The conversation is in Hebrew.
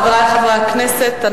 חברי חברי הכנסת,